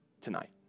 tonight